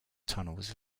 tunnels